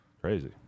Crazy